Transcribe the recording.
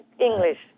English